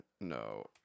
no